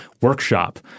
workshop